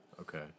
Okay